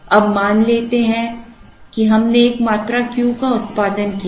अब मान लेते हैं कि हमने एक मात्रा Q का उत्पादन किया है